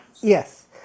Yes